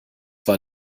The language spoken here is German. war